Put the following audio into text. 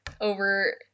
over